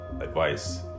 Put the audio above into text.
advice